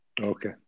Okay